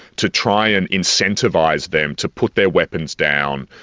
to try and incentivise them to put their weapons down,